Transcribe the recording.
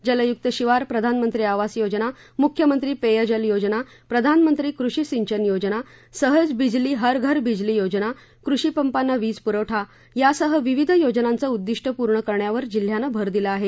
जलयुक्त शिवार प्रधानमंत्री आवास योजना मुख्यमंत्री पेयजल योजना प्रधानमंत्री कृषि सिंचन योजना सहज बिजली हरघर बिजली योजना कृषि पंपांना विज पुरवठा यासह विविध योजनांचे उद्दिष्ट पूर्ण करण्यावर जिल्हयाने भर दिला आहे